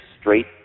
straight